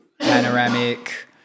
Panoramic